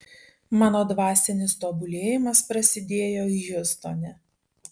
mano dvasinis tobulėjimas prasidėjo hjustone